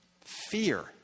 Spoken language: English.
Fear